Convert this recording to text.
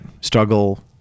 struggle